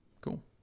Cool